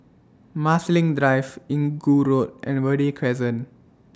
Marsiling Drive Inggu Road and Verde Crescent